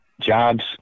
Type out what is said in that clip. jobs